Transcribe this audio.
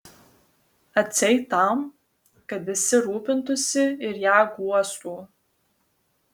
atseit tam kad visi rūpintųsi ir ją guostų